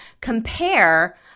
compare